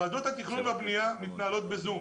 ועדות התכנון והבנייה מתנהלות ב-זום.